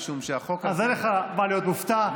אז אין לך מה להיות מופתע.